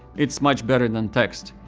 it's much better than text.